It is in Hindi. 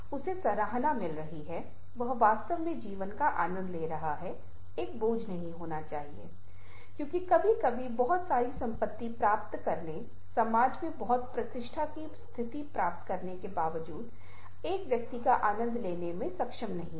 या कहानियाँ जहाँ आप देखते हैं कि चित्र वस्तुतः अधिक चित्रमय बने रहते हैं यह ऐसे शब्द हैं जो इसे एक अर्थ देते हैं और अर्थ बदलते हैं इसे रूपांतरित करते हैं